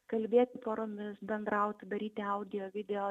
kalbėti poromis bendrauti daryti audio video